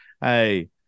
hey